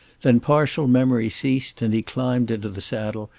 then partial memory ceased, and he climbed into the saddle,